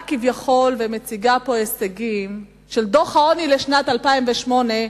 כביכול ומציגה פה הישגים של דוח העוני לשנת 2008,